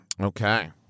Okay